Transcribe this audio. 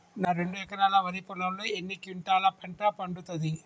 నా రెండు ఎకరాల వరి పొలంలో ఎన్ని క్వింటాలా పంట పండుతది?